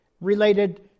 related